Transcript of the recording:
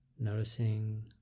noticing